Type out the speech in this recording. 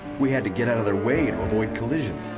we had to get out of their way and avoid collision.